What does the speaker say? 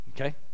Okay